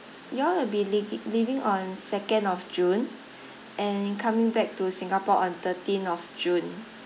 you all will be leavi~ leaving on second of june and coming back to singapore on thirteen of june